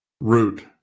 root